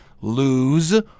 lose